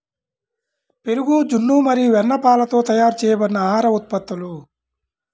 పెరుగు, జున్ను మరియు వెన్నపాలతో తయారు చేయబడిన ఆహార ఉత్పత్తులు